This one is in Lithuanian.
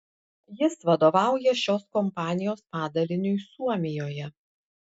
jis vadovauja šios kompanijos padaliniui suomijoje